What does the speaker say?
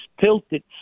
tilted